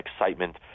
excitement